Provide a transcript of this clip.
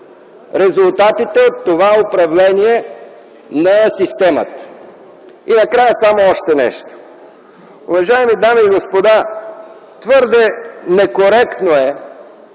резултатите от това управление на системата. И накрая, само още нещо. Уважаеми дами и господа, твърде некоректно е